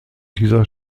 dieser